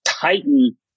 tighten